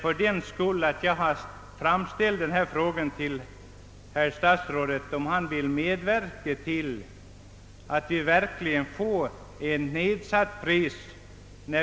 Fördenskull har jag frågat statsrådet om han vill medverka till att det verkligen sker en nedsättning av flygpriserna på Gotland.